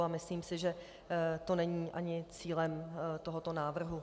A myslím si, že to není ani cílem tohoto návrhu.